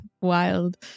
wild